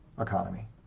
economy